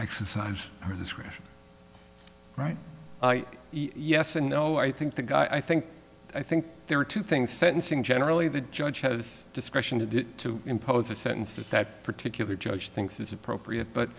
exercise discretion right yes and no i think the guy i think i think there are two things sentencing generally the judge has discretion to do to impose a sentence at that particular judge thinks is appropriate but